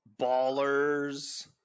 Ballers